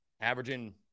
averaging